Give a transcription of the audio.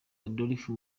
adolphe